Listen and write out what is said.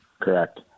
correct